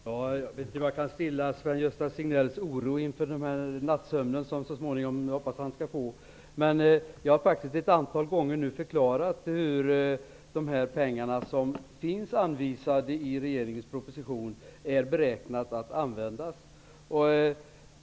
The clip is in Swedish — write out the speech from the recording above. Herr talman! Jag vet inte om jag kan stilla Sven Gösta Signells oro inför den nattsömn som jag hoppas att han så småningom skall få. Men jag har faktiskt ett antal gånger förklarat hur man har beräknat att använda de pengar som finns anvisade i regeringens proposition.